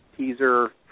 teaser